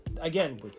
again